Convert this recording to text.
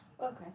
Okay